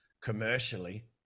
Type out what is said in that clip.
commercially